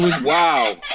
wow